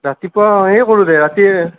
ৰাতিপুৱা সেয়ে কৰোঁ দে ৰাতিয়ে